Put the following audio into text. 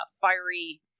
fiery